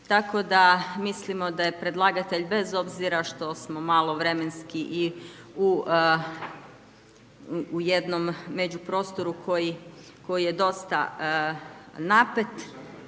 tako da mislimo da je predlagatelj bez obzira što smo malo vremenski i u jednom međuprostoru koji je dosta napet,